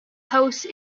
house